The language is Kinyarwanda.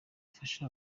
dufashe